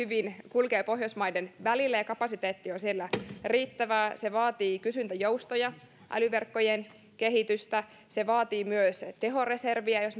kulkee hyvin pohjoismaiden välillä ja kapasiteetti on siellä riittävää se vaatii kysyntäjoustoja älyverkkojen kehitystä se vaatii myös tehoreserviä jos